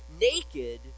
naked